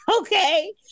Okay